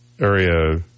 Area